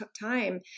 time